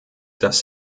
dass